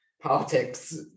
politics